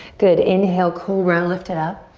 good. inhale, cobra. and lift it up.